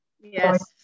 Yes